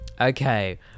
Okay